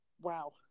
Wow